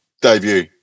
debut